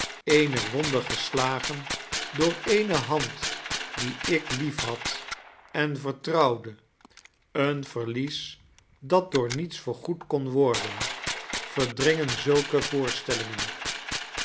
eene wonde gestagen door eene hand die ik ldefhad en vertrouwde een veriries dat door niets vergoed kon wotrdem verdringen ziulke voorstelliagen